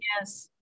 Yes